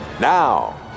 Now